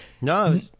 No